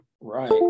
Right